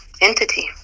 entity